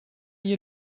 ihr